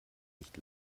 nicht